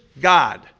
God